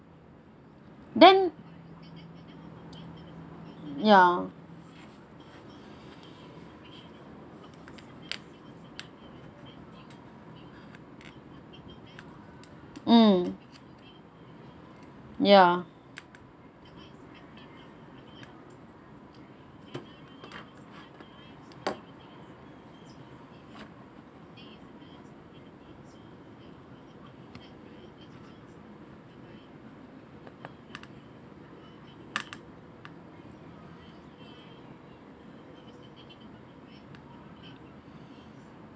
then ya mm ya